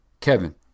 Kevin